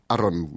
Aron